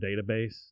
database